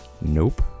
Nope